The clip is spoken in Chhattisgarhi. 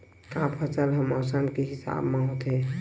का फसल ह मौसम के हिसाब म होथे?